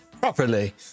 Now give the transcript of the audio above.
properly